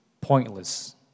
pointless